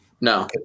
No